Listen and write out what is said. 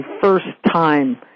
first-time